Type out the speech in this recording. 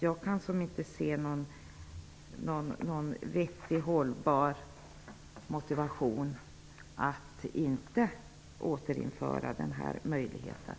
Jag kan inte se något vettigt och hållbart motiv till att inte återinföra den möjligheten.